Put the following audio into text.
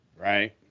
Right